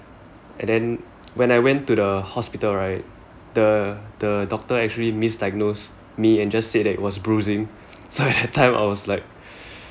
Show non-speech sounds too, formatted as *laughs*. and then when I went to the hospital right the the doctor actually misdiagnosed me and just said it was bruising *laughs* so at that time I was like